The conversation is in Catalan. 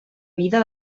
vida